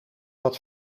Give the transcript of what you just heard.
dat